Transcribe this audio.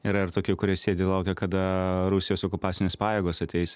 yra ir tokių kurie sėdi ir laukia kada rusijos okupacinės pajėgos ateis